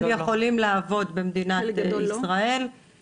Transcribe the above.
הם יכולים לעבוד במדינת ישראל,